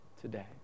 today